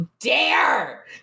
dare